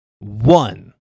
One